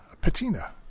Patina